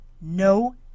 no